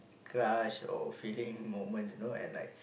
crush or feeling moments you know and like